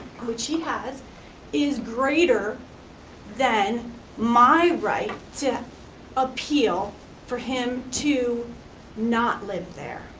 which he has, is greater than my right to appeal for him to not live there.